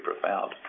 profound